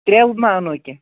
تریلہٕ مہ اَنو کیٚنٛہہ